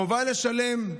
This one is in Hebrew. חובה לשלם,